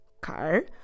car